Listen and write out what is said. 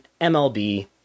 MLB